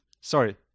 sorry